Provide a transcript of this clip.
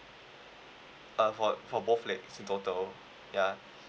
uh for for both legs in total ya